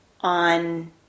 on